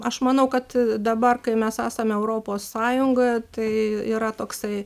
aš manau kad dabar kai mes esame europos sąjungoje tai yra toksai